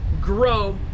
grow